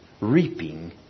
reaping